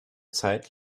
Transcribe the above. zeit